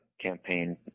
campaign